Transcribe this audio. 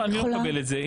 אני לא מקבל את זה.